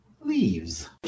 leaves